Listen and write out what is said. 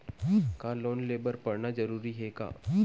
का लोन ले बर पढ़ना जरूरी हे का?